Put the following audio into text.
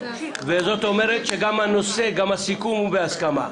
כלומר גם הסיכום הוא בהסכמה.